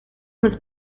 was